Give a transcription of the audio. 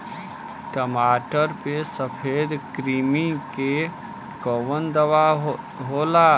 टमाटर पे सफेद क्रीमी के कवन दवा होला?